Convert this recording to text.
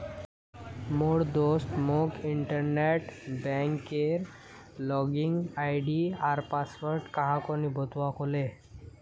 मोर दोस्त मोक इंटरनेट बैंकिंगेर लॉगिन आई.डी आर पासवर्ड काह को नि बतव्वा कह ले